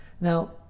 Now